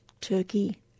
Turkey